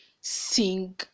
sing